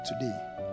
Today